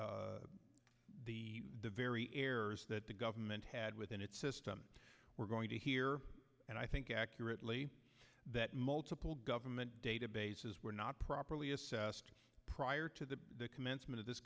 by the the very errors that the government had within its system we're going to hear and i think accurately that multiple government databases were not properly assessed prior to the commencement of this